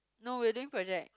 no we were doing project